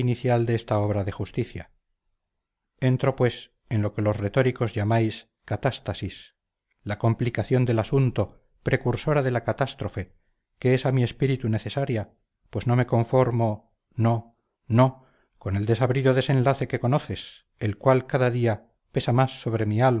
de esta obra de justicia entro pues en lo que los retóricos llamáis catástasis la complicación del asunto precursora de la catástrofe que es a mi espíritu necesaria pues no me conformo no no con el desabrido desenlace que conoces el cual cada día pesa más sobre mi